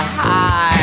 high